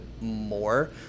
more